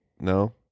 No